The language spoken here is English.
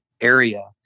area